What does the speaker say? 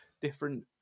different